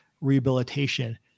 rehabilitation